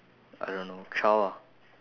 I don't know child ah